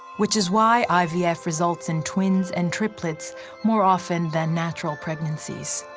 which is why ivf results in twins and triplets more often than natural pregnancies.